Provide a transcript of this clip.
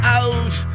out